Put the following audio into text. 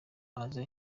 aze